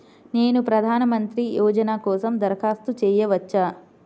నేను ప్రధాన మంత్రి యోజన కోసం దరఖాస్తు చేయవచ్చా?